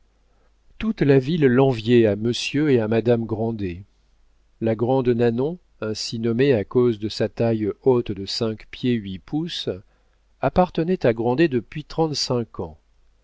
toute la ville l'enviait à monsieur et à madame grandet la grande nanon ainsi nommée à cause de sa taille haute de cinq pieds huit pouces appartenait à grandet depuis trente-cinq ans